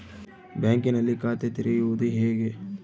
ಬ್ಯಾಂಕಿನಲ್ಲಿ ಖಾತೆ ತೆರೆಯುವುದು ಹೇಗೆ?